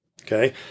Okay